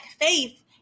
faith